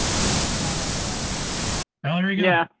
it's not allowed on the island i wonder. yeah,